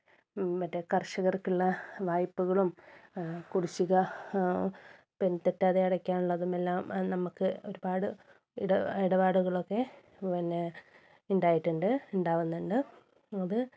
മറ്റേ കർഷകർക്കുള്ള വായ്പകളും കുടിശ്ശിക പിൻ തെറ്റാതെ അടയ്ക്കാനുള്ളതുമെല്ലാം നമുക്ക് ഒരുപാട് ഇട ഇടപാടുകളൊക്കെ പിന്നെ ഉണ്ടായിട്ടുണ്ട് ഉണ്ടാകുന്നുണ്ട് അത്